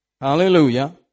Hallelujah